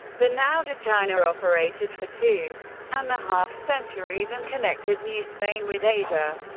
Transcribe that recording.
the nao de china operated for two and a half centuries and connected new spain with asia.